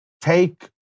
take